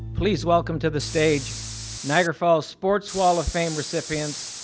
please welcome to the stage niagara falls sports wall of fame recipients,